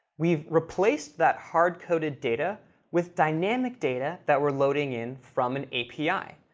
we've replaced that hard-coded data with dynamic data that we're loading in from an api.